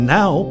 now